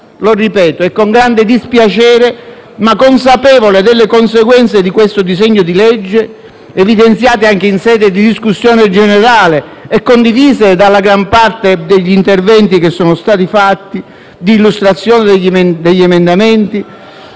lo ripeto con grande dispiacere, ma consapevole delle conseguenze di questo disegno di legge, evidenziate anche in sede di discussione generale e condivise dalla gran parte degli interventi che sono stati fatti di illustrazione degli emendamenti: